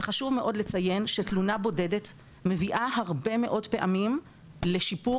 וחשוב מאוד לציין שתלונה בודדת מביאה הרבה מאוד פעמים לשיפור